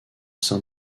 sein